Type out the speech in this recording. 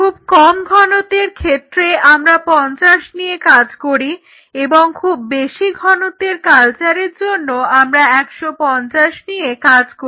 খুব কম ঘনত্বের ক্ষেত্রে আমরা 50 নিয়ে কাজ করি এবং খুব বেশি ঘনত্বের কালচারের জন্য আমরা 150 নিয়ে কাজ করি